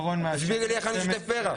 תסבירי לי איך אני שוטף פרח?